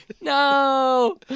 No